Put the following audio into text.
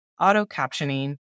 auto-captioning